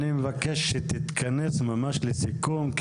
אני מבקש שתתכנס ממש לסיכום,